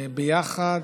ביחד,